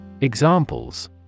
Examples